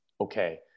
okay